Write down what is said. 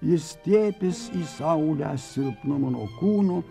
jis stiepias į saulę silpnu mano kūnu